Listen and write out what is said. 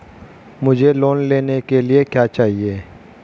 मुझे लोन लेने के लिए क्या चाहिए?